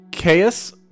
Caius